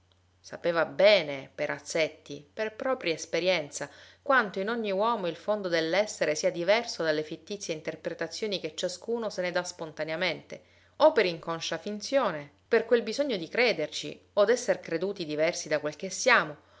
sapeva bene perazzetti per propria esperienza quanto in ogni uomo il fondo dell'essere sia diverso dalle fittizie interpretazioni che ciascuno se ne dà spontaneamente o per inconscia finzione per quel bisogno di crederci o d'esser creduti diversi da quel che siamo